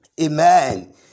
amen